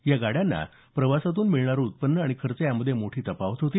या गाड्यांना प्रवासातून मिळणारे उत्पन्न आणि खर्च यामध्ये मोठी तफावत आहे